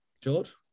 George